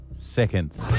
seconds